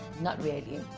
not really.